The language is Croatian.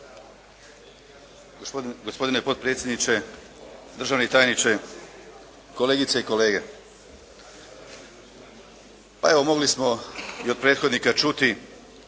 Gospodine potpredsjedniče, državni tajnice, kolegice i kolege. Pa evo mogli smo i od prethodnika čuti